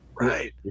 Right